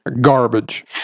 Garbage